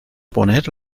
poner